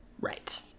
Right